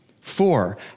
Four